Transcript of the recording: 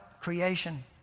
Creation